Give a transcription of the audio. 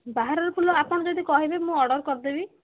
ବାହାରର ଫୁଲ ଆପଣ ଯଦି କହିବେ ମୁଁ ଅର୍ଡ଼ର କରିଦେବି